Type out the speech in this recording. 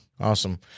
Awesome